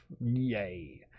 Yay